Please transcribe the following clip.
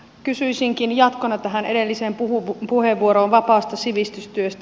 kysyisinkin jatkona tähän edelliseen puheenvuoroon vapaasta sivistystyöstä